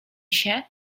się